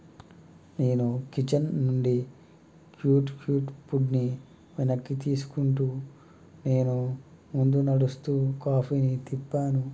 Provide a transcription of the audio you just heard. నేను కిచెన్ నుండి cat cute ఫుడ్ని వెనక్కి తీసుకుంటూ నేను ముందు నడుస్తూ కాఫీని తిప్పాను